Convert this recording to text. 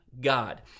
God